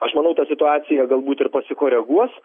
aš manau ta situacija galbūt ir pasikoreguos